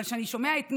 אבל כשאני שומע את נגה,